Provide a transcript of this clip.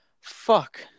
fuck